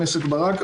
לכן?